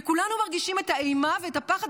וכולנו מרגישים את האימה ואת הפחד.